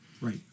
right